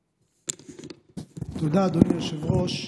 תודה, אדוני היושב-ראש.